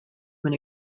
when